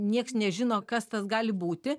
nieks nežino kas tas gali būti